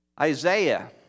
Isaiah